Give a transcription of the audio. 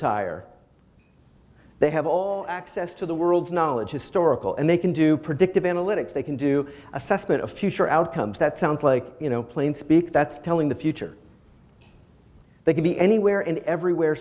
tire they have all access to the world's knowledge historical and they can do predictive analytics they can do assessment of future outcomes that sounds like you know plain speak that's telling the future they could be anywhere and everywhere